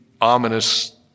ominous